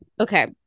okay